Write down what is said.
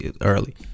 early